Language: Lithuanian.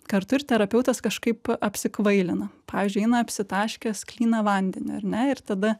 kartu ir terapeutas kažkaip apsikvailina pavyzdžiui eina apsitaškęs klyną vandeniu ar ne ir tada